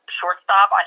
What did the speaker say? shortstop